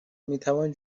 میتوان